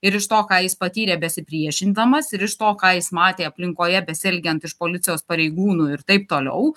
ir iš to ką jis patyrė besipriešindamas ir iš to ką jis matė aplinkoje besielgiant iš policijos pareigūnų ir taip toliau